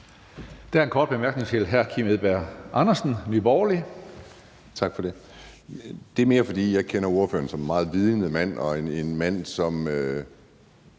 er en kort bemærkning til hr. Kim Edberg Andersen, Nye Borgerlige. Kl. 15:21 Kim Edberg Andersen (NB): Tak for det. Jeg kender ordføreren som en meget vidende mand og en mand, som